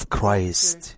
Christ